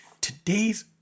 today's